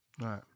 right